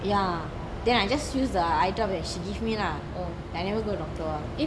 ya then I just use the item that she give me lah I never go to the doctor [one]